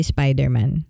Spider-Man